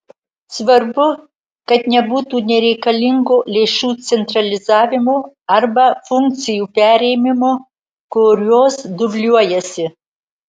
svarbu kad nebūtų nereikalingo lėšų centralizavimo arba funkcijų perėmimo kurios dubliuojasi